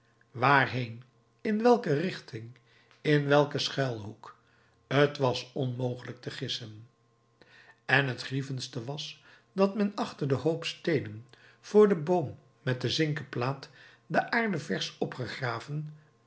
waarheen in welke richting in welken schuilhoek t was onmogelijk te gissen en het grievendste was dat men achter den hoop steenen voor den boom met de zinken plaat de aarde versch opgegraven